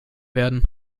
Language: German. werden